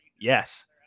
yes